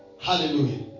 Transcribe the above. Hallelujah